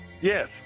Yes